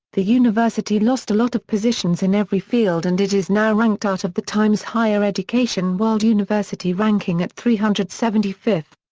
the university lost a lot of positions in every field and it is now ranked out of the times higher education world university ranking at three hundred and seventy fifth.